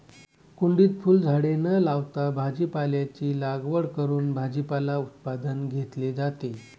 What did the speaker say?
कुंडीत फुलझाडे न लावता भाजीपाल्याची लागवड करून भाजीपाला उत्पादन घेतले जाते